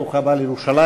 ברוך הבא לירושלים,